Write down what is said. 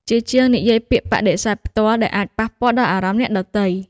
ជាជាងនិយាយពាក្យបដិសេធន៍ផ្ទាល់ ដែលអាចប៉ះពាល់ដល់អារម្មណ៍អ្នកដទៃ។